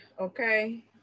okay